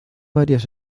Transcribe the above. varias